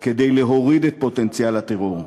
כדי להוריד את פוטנציאל הטרור.